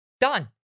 Done